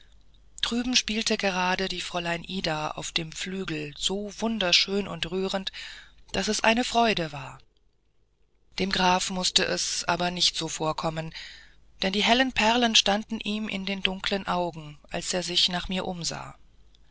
drüben spielte gerade die fräulein ida auf dem flügel so wunderschön und rührend daß es eine freude war dem grafen mußte es aber nicht so vorkommen denn die hellen perlen standen ihm in dem dunklen auge als er sich nach mir umsah